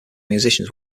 musicians